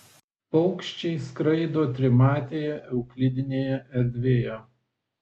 paukščiai skraido trimatėje euklidinėje erdvėje